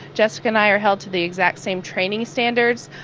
jessica and i are held to the exact same training standards.